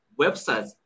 websites